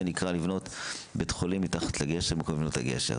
זה נקרא לבנות בית חולים מתחת לגשר במקום לבנות את הגשר,